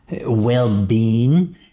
well-being